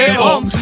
home